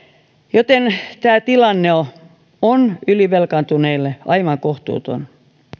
joten tämä tilanne on on ylivelkaantuneille aivan kohtuuton